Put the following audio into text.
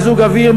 מיזוג אוויר,